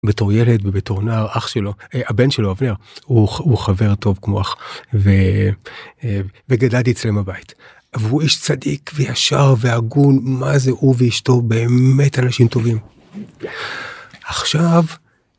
בתור ילד בתור נער אח שלו הבן שלו אבנר הוא חבר טוב כמו אח וגדלתי אצלם בבית. אבל הוא איש צדיק וישר והגון מה זה הוא ואשתו באמת אנשים טובים עכשיו.